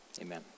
amen